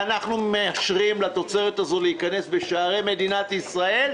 ואנחנו מאשרים לתוצרת הזו להיכנס בשערי מדינת ישראל,